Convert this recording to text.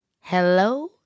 Hello